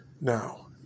Now